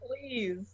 Please